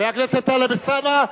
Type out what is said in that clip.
חבר הכנסת טלב אלסאנע,